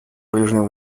ближнем